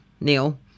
Neil